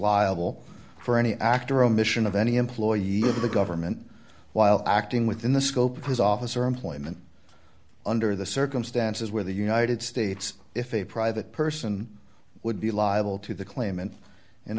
liable for any act or omission of any employee of the government while acting within the scope of his office or employment under the circumstances where the united states if a private person would be liable to the claimant in